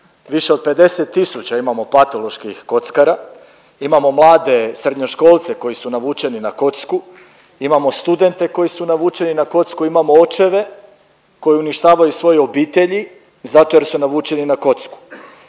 Više od 50 000 imamo patoloških kockara, imamo mlade srednjoškolce koji su navučeni na kocku, imamo studente koji su navučeni na kocku, imamo očeve koji uništavaju svoje obitelji zato jer su navučeni na kocku.